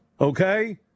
Okay